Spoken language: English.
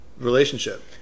relationship